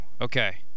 Okay